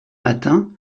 matins